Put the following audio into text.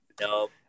Nope